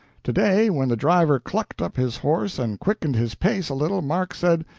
to-day when the driver clucked up his horse and quickened his pace a little, mark said,